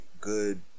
good